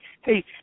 hey